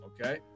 okay